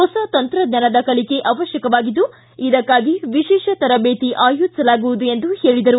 ಹೊಸ ತಂತ್ರಜ್ಞಾನದ ಕಲಿಕೆ ಅವತ್ತಕವಾಗಿದ್ದು ಇದಕ್ಕಾಗಿ ವಿಶೇಷ ತರಬೇತಿ ಆಯೋಜಿಸಲಾಗುವುದು ಎಂದು ಹೇಳಿದರು